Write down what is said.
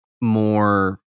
more